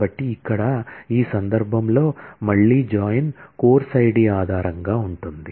కాబట్టి ఇక్కడ ఈ సందర్భంలో మళ్ళీ జాయిన్ course id ఆధారంగా ఉంటుంది